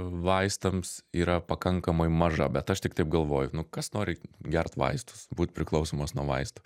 vaistams yra pakankamai maža bet aš tik taip galvoju nu kas nori gert vaistus būt priklausomas nuo vaistų